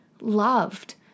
loved